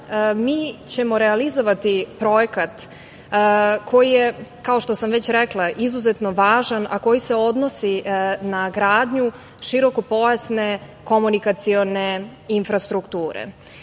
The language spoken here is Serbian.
mi ćemo realizovati projekat koji je, kao što sam već rekla, izuzetno važan, a koji se odnosi na gradnju širokopojasne komunikacione infrastrukture.